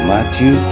Matthew